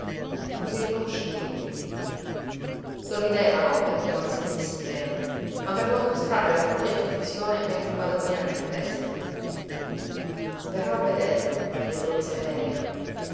non si riconosce piú figlio mio sorrideva non perché non ne sentisse pena ma per non mostrare la propria afflizione mentre i padroni erano in festa verrò a vederlo le promise venerina